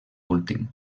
últim